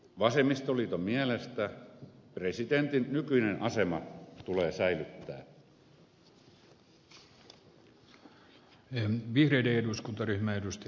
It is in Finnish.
vasemmistoliiton mielestä presidentin nykyinen asema tulee säilyttää